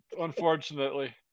unfortunately